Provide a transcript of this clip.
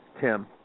Tim